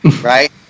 right